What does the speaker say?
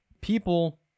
People